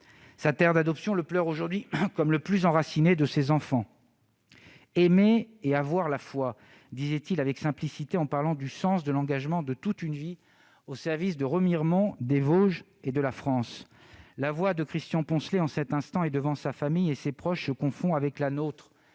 Sa terre d'adoption le pleure aujourd'hui comme le plus enraciné de ses enfants. « Aimer et avoir la foi », disait-il avec simplicité en parlant du sens de l'engagement de toute une vie au service de Remiremont, des Vosges et de la France. La voix de Christian Poncelet, en cet instant et devant sa famille et ses proches, se confond avec la nôtre